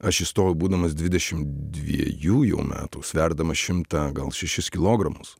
aš įstojau būdamas dvidešim dviejų jau metų sverdamas šimtą gal šešis kilogramus